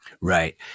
Right